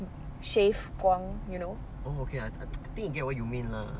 shave 光 you know